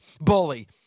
Bully